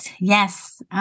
Yes